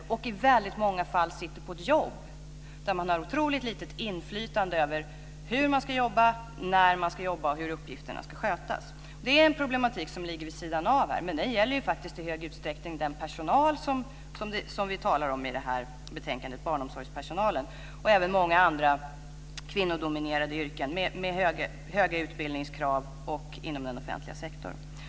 Man sitter i väldigt många fall på ett jobb där man har oerhört lite inflytande över hur och när man ska jobba och hur uppgifterna ska skötas. Det är problem som ligger vid sidan av, men de gäller i hög utsträckning den barnomsorgspersonal som omtalas i betänkandet och även i många andra kvinnodominerade yrken med höga utbildningskrav i den offentliga sektorn.